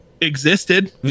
Existed